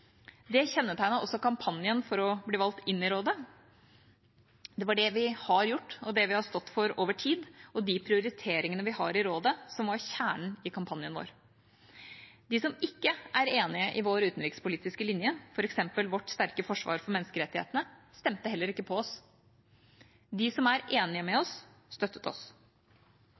Det kjennetegnet også kampanjen for å bli valgt inn i rådet – det var det vi har gjort, og det vi har stått for over tid, og de prioriteringene vi har i rådet, som var kjernen i kampanjen vår. De som ikke er enige i vår utenrikspolitiske linje, f.eks. vårt sterke forsvar for menneskerettighetene, stemte heller ikke på oss. De som er enige, støttet oss.